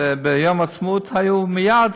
ביום העצמאות, היו מייד,